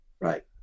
Right